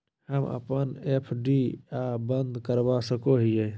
हम अप्पन एफ.डी आ बंद करवा सको हियै